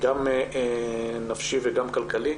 נפשי וכלכלי.